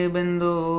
Bindu